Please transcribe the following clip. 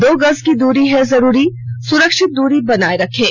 दो गज की दूरी है जरूरी सुरक्षित दूरी बनाए रखें